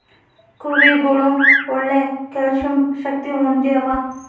ಕುರಿಗುಳು ಒಳ್ಳೆ ಕೇಳ್ಸೆಂಬ ಶಕ್ತಿ ಹೊಂದ್ಯಾವ